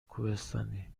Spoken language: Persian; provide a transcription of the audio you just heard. کوهستانی